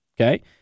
Okay